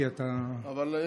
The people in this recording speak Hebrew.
כי אתה, אבל כן.